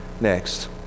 Next